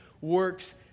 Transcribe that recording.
works